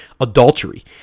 adultery